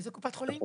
איזה קופת חולים?